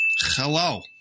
hello